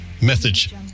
message